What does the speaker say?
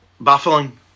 baffling